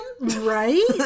Right